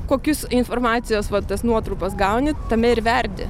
kokius informacijos va tas nuotrupas gauni tame ir verdi